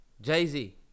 Jay-Z